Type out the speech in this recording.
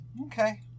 Okay